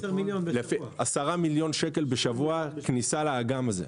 10 מיליון שקל בשבוע כניסה לאגם הזה.